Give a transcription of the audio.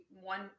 one